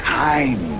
time